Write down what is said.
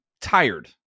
tired